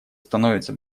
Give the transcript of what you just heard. становится